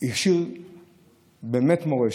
השאיר באמת מורשת.